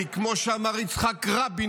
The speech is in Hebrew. כי כמו שאמר יצחק רבין,